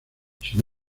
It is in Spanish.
sin